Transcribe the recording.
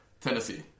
Tennessee